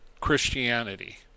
Christianity